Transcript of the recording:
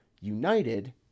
united